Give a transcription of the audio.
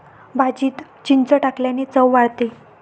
भाजीत चिंच टाकल्याने चव वाढते